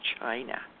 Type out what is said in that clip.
China